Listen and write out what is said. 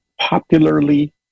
popularly